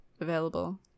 available